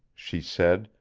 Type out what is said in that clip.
she said,